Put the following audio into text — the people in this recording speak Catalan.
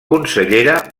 consellera